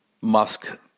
Musk